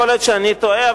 יכול להיות שאני טועה,